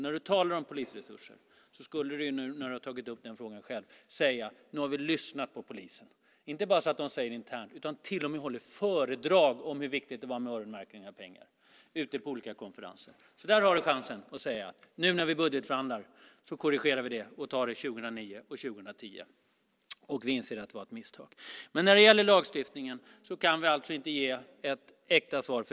När du talar om polisresurser skulle du nu, när du har tagit upp den frågan själv, kunna säga: Nu har vi lyssnat på polisen. Det är inte bara så att de säger detta internt, utan de håller till och med föredrag på olika konferenser om hur viktigt det var med öronmärkningen av pengar. Där har du chansen att säga: Nu när vi budgetförhandlar korrigerar vi det och tar det 2009 och 2010, och vi inser att det var ett misstag. Men när det gäller lagstiftningen kan vi alltså inte ge ett äkta svar.